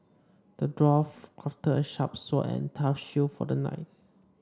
the dwarf crafted a sharp sword and a tough shield for the knight